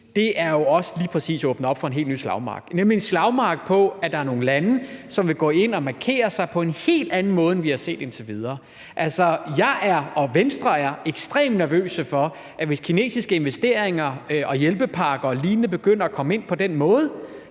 jo også åbner op for en helt ny slagmark; nemlig en slagmark, hvor nogle lande vil gå ind og markere sig på en helt anden måde, end vi har set indtil videre. Altså, jeg og Venstre er ekstremt nervøse for, at hvis kinesiske investeringer og hjælpepakker og lignende begynder at komme ind på den måde,